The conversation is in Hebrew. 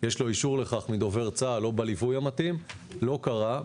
יש לו אישור לכך מדובר צה"ל או בליווי המתאים זה לא קרה.